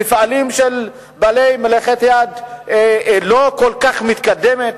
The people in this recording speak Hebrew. מפעלים של מלאכת-יד לא כל כך מתקדמת,